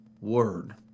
word